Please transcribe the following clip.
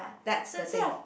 that's the thing